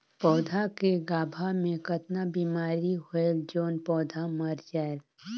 पौधा के गाभा मै कतना बिमारी होयल जोन पौधा मर जायेल?